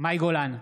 מאי גולן,